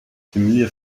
familie